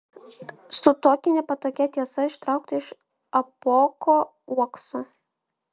su tokia nepatogia tiesa ištraukta iš apuoko uokso